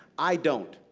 i don't.